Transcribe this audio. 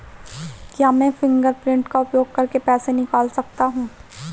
क्या मैं फ़िंगरप्रिंट का उपयोग करके पैसे निकाल सकता हूँ?